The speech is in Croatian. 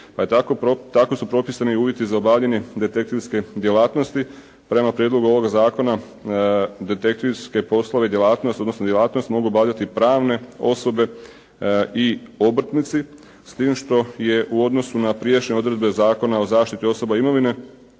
tako su propisani uvjeti za obavljanje detektivske djelatnosti. Prema prijedlogu ovog zakona detektivske poslove i djelatnost, odnosno djelatnost mogu obavljati pravne osobe i obrtnici s tim što je u odnosu na prijašnje odredbe Zakona o zaštiti osoba i imovine